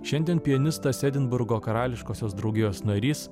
šiandien pianistas edinburgo karališkosios draugijos narys